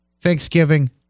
Thanksgiving